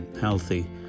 healthy